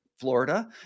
Florida